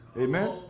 Amen